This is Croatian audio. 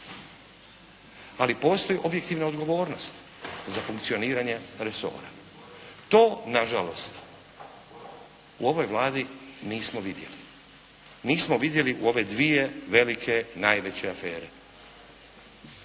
Ali postoji objektivna odgovornost za funkcioniranje resora. To nažalost u ovoj Vladi nismo vidjeli, nismo vidjeli u ove dvije velike najveće afere.